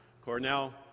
Cornell